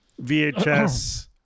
VHS